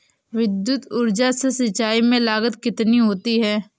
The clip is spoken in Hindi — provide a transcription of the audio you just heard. विद्युत ऊर्जा से सिंचाई में लागत कितनी होती है?